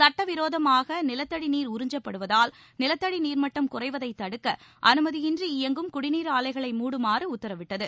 சட்டவிரோதமாக நிலத்தடி நீர் உறிஞ்சப்படுவதால் நிலத்தடி நீர்மட்டம் குறைவதைத் தடுக்க அனுமதியின்றி இயங்கும் குடிநீர் ஆலைகளை மூடுமாறு உத்தரவிட்டது